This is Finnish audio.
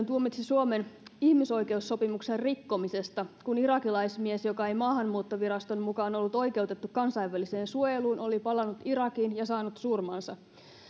tuomitsi suomen ihmisoikeussopimuksen rikkomisesta kun irakilaismies joka ei maahanmuuttoviraston mukaan ollut oikeutettu kansainväliseen suojeluun oli palannut irakiin ja saanut surmansa